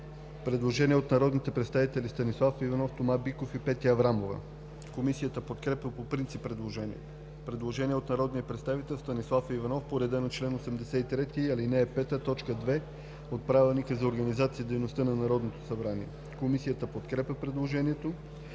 Предложение от народните представители Станислав Иванов, Тома Биков и Петя Аврамова. Комисията подкрепя по принцип предложението. Предложение от народния представител Станислав Иванов по реда на чл. 83, ал. 5, т. 2 от Правилника за организацията и дейността на Народното събрание. Комисията подкрепя предложението.